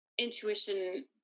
Intuition